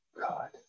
God